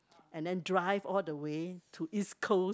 and then drive all the way to East Coast